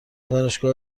دانشگاه